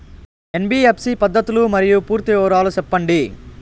NBFC పద్ధతులు మరియు పూర్తి వివరాలు సెప్పండి?